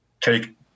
take